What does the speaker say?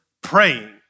praying